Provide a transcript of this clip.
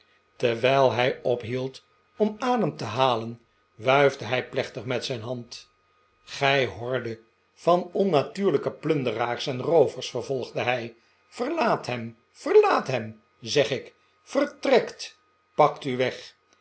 terwijl hij ophield om adem te halen wuifde hij plechtig met zijn hand gij horde van onnatuurlijke plunderaars en roovers vervolgde hij verlaat hem verlaat hem zeg ik vertrekt pakt u wegt